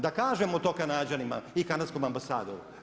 Da kažemo to Kanađanima i kanadskom ambasadoru?